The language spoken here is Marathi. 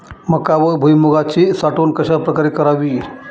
मका व भुईमूगाची साठवण कशाप्रकारे करावी?